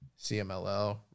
CMLL